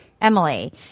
Emily